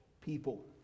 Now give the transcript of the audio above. people